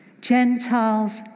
Gentiles